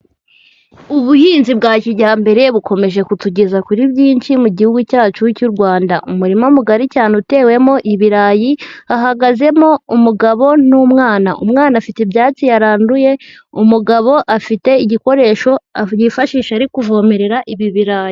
Ubuhinzi bwa kijyambere bukomeje kutugeza kuri byinshi mu gihugu cyacu cy'u Rwanda, umurima mugari cyane utewemo ibirayi hahagazemo umugabo n'umwana, umwana afite ibyatsi yaranduye, umugabo afite igikoresho yifashisha ari kuvomerera ibi birayi.